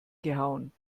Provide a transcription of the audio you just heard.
gehauen